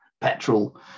petrol